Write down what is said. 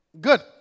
Good